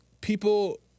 people